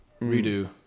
redo